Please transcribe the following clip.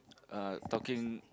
uh talking